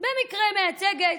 במקרה מייצגת,